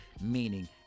meaning